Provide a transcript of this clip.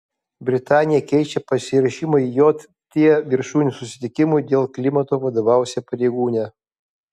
britanija keičia pasiruošimui jt viršūnių susitikimui dėl klimato vadovausią pareigūnę